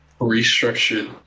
restructured